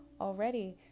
already